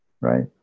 right